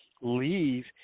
leave